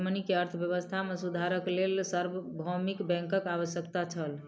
Germany के अर्थव्यवस्था मे सुधारक लेल सार्वभौमिक बैंकक आवश्यकता छल